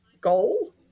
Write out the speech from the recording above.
goal